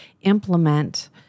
implement